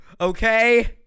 okay